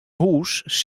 hús